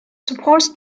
supposed